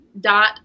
dot